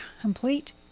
complete